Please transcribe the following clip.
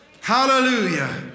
Hallelujah